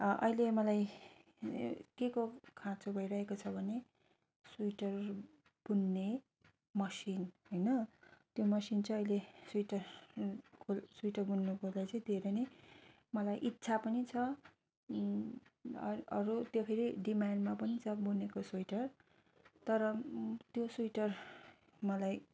अहिले मलाई केको खाँचो भइरहेको छ भने स्वेटर बुन्ने मसिन होइन त्यो मसिन चाहिँ अहिले स्वेटर स्वेटर बुन्नु पर्दा चाहिँ धेरै नै मलाई इच्छा पनि छ अरू त्यो फेरि डिमान्डमा पनि छ बुनेको स्वेटर तर त्यो स्वेटर मलाई